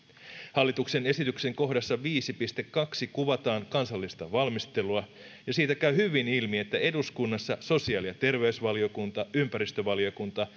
hallituksen esityksen kohdassa viiteen piste kahteen kuvataan kansallista valmistelua ja siitä käy hyvin ilmi että eduskunnassa sosiaali ja terveysvaliokunta ympäristövaliokunta